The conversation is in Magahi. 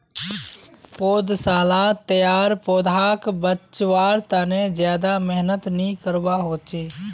पौधसालात तैयार पौधाक बच्वार तने ज्यादा मेहनत नि करवा होचे